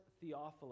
Theophilus